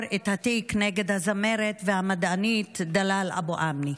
את התיק נגד הזמרת והמדענית דלאל אבו אמנה.